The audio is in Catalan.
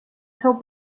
seu